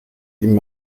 ihm